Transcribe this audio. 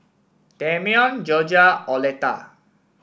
Dameon Jorja Oleta